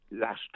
last